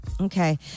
Okay